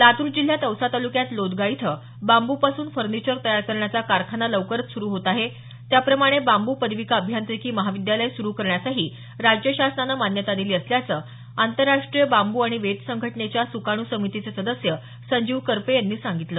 लातूर जिल्ह्यात औसा तालुक्यात लोदगा इथं बांबूपासून फर्निचर तयार करण्याचा कारखाना लवकरच सुरू होत आहे त्याचप्रमाणे बांबू पदविका अभियांत्रिकी महाविद्यालय सुरू करण्यासही राज्य शासनानं मान्यता दिली असल्याचं आंतरराष्ट्रीय बांबू आणि वेत संघटनेच्या सूकाणू समितीचे सदस्य संजीव करपे यांनी सांगितलं